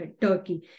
Turkey